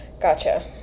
gotcha